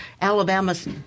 Alabama's